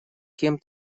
кем